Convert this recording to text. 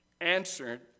answered